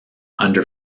under